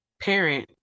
parent